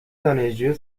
دانشجوی